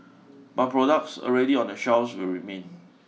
but products already on the shelves will remain